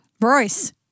Royce